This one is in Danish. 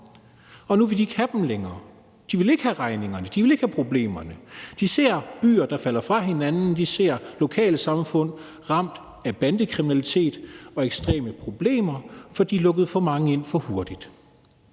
og nu vil de ikke have dem længere. De vil ikke have regningerne – de vil ikke have problemerne. De ser byer, der falder fra hinanden, og de ser lokalsamfund ramt af bandekriminalitet og ekstreme problemer, for de lukkede for mange ind for hurtigt.